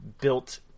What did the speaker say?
built